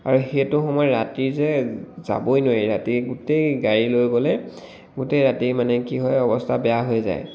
আৰু সেইটো সময় ৰাতি যে যাবই নোৱাৰি ৰাতি গোটেই গাড়ী লৈ গ'লে গোটেই ৰাতি মানে কি হয় অৱস্থা বেয়া হৈ যায়